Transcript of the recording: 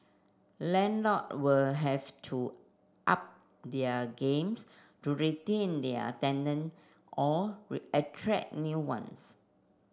landlord will have to up their games to retain their tenant or attract new ones